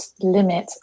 limit